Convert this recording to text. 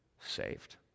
saved